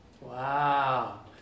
Wow